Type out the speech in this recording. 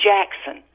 Jackson